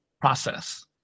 process